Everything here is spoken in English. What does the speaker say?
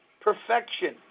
perfection